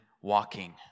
walking